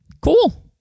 Cool